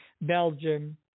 Belgium